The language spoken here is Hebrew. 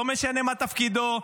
לא משנה מה תפקידו,